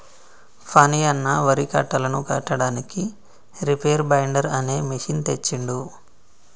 ఫణి అన్న వరి కట్టలను కట్టడానికి రీపేర్ బైండర్ అనే మెషిన్ తెచ్చిండు